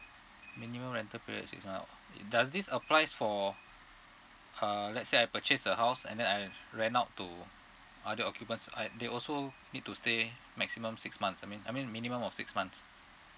minimum rental period six months okay does this applies for uh let's say I purchase a house and then I rent out to other occupants do I they also need to stay maximum six months I mean I mean minimum of six months